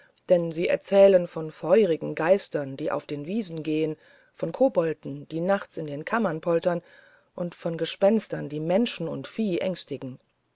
denn sie erzählen von feurigen geistern die auf der wiese gehen von kobolden die nachts in den kammern poltern und von gespenstern die menschen und vieh ängstigen